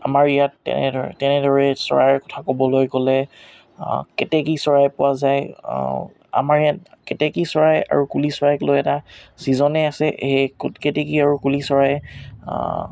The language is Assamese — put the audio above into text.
আমাৰ ইয়াত তেনেদৰে তেনেদৰে চৰাইৰ কথা ক'বলৈ গ'লে কেতেকী চৰাই পোৱা যায় আমাৰ ইয়াত কেতেকী চৰাই আৰু কুলি চৰাইক লৈ এটা চিজনে আছে সেই ক কেতেকী আৰু কুলি চৰাই